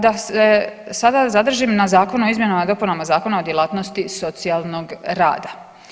Da se sada zadržim na Zakonu o izmjenama i dopunama Zakona o djelatnosti socijalnog rada.